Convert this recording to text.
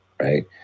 right